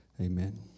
Amen